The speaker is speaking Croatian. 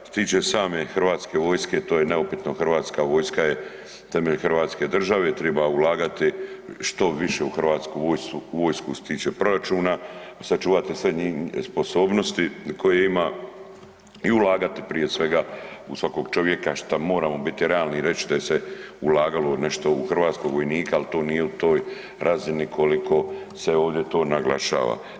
Što se tiče same hrvatske vojske, to je neupitno, hrvatska vojska je temelj hrvatske države, treba ulagati što više u hrvatsku vojsku što se tiče proračuna, sačuvati sve sposobnosti koje ima i ulagati prije svega u svakog čovjeka šta moramo biti realni i reći da se ulagalo nešto u hrvatskog vojnika ali to nije u toj razini koliko se ovdje to naglašava.